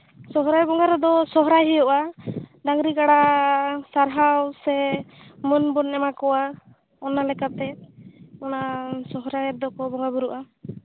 ᱥᱚᱦᱚᱨᱟᱭ ᱵᱚᱸᱜᱟ ᱨᱮᱫᱚ ᱥᱚᱦᱨᱟᱭ ᱦᱩᱭᱩᱜᱼᱟ ᱰᱟᱝᱨᱤ ᱠᱟᱲᱟ ᱥᱟᱨᱦᱟᱣ ᱥᱮ ᱢᱟᱹᱱ ᱵᱚᱱ ᱮᱢᱟ ᱠᱚᱣᱟ ᱚᱱᱟ ᱞᱮᱠᱟᱛᱮ ᱚᱱᱟ ᱥᱚᱦᱨᱟᱭ ᱨᱮᱫᱚ ᱠᱚ ᱵᱚᱸᱜᱟ ᱵᱩᱨᱩᱜᱼᱟ